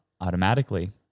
automatically